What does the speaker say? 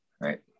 right